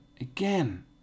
again